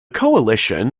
coalition